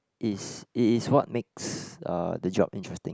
it's it is what makes uh the job interesting